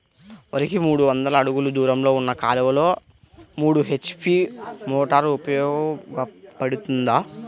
వరికి మూడు వందల అడుగులు దూరంలో ఉన్న కాలువలో మూడు హెచ్.పీ మోటార్ ఉపయోగపడుతుందా?